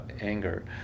anger